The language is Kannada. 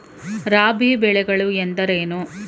ರಾಬಿ ಬೆಳೆಗಳು ಎಂದರೇನು?